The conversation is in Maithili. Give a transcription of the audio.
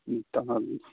ह्म्म तखन आगू